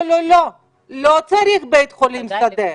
לא צריך בית חולים שדה.